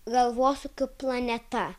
galvosūkių planeta